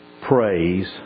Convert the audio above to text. praise